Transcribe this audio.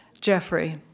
Jeffrey